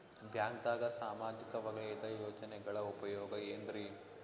ಬ್ಯಾಂಕ್ದಾಗ ಸಾಮಾಜಿಕ ವಲಯದ ಯೋಜನೆಗಳ ಉಪಯೋಗ ಏನ್ರೀ?